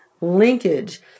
linkage